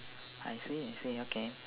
I see I see okay